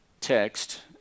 text